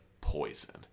poison